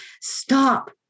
stop